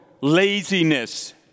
laziness